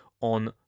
on